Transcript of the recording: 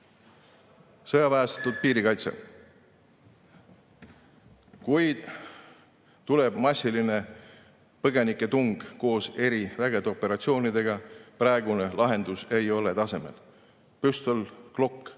sõjaväestatud piirikaitse. Kui tuleb massiline põgenike tung koos erivägede operatsioonidega, siis praegune lahendus ei ole tasemel. Püstol Glock